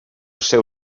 seu